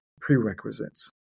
prerequisites